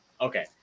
okay